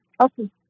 Okay